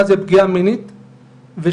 מה זה פגיעה מינית ושתיים,